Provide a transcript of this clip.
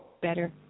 better